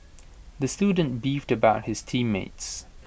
the student beefed about his team mates